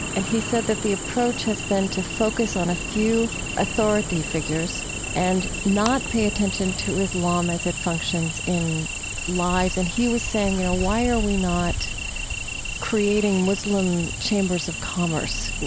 and he said that the approach has been to focus on a few authority figures and not pay attention to islam as it functions in lives. and he was saying, you know, why are we not creating muslim chambers of commerce,